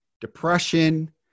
depression